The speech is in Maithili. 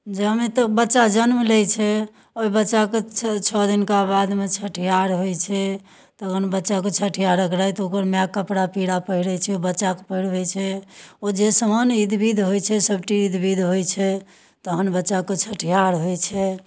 जाबत तक बच्चा जन्म लै छै ओइ बच्चाके छओ दिनका बादमे छठिहार होइ छै तखन बच्चाके छठिहारक राति ओकरा माय कपड़ा पीरा पहिरै छै बच्चाके पहिराबै छै ओ जे सब इध विध होइ छै सबटा इध विध होइ छै तहन बच्चाके छठिहार होइ छै